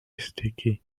sticky